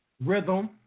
rhythm